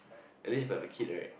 at least if I have a kid right